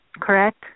correct